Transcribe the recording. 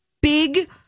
big